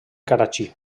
karachi